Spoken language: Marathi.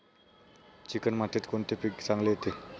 चिकण मातीत कोणते पीक चांगले येते?